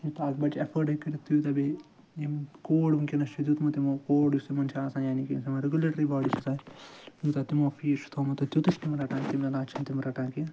یوٗتاہ اکھ بَچہِ اٮ۪فٲڈ ہیٚکہِ کٔرِتھ تیوٗتاہ بیٚیہِ یِم کوڈ وٕنۍکٮ۪نَس چھُ دیُتمُت یِمو کوڈ یُس یِمن چھُ آسان یعنی کہِ یُس یِمَن ریٚگُلیٹری باڈی چھِ آسان یوٗتاہ تِمو فیٖس چھُ تھومُت تہٕ تیُتُے چھِ تِم رَٹان تَمہِ عَلاو چھِنہٕ تِم رَٹان کینٛہہ